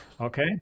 okay